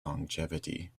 longevity